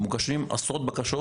מוגשות מידי שבוע עשרות בקשות